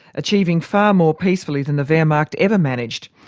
achieving far more peacefully than the wehrmacht ever managed.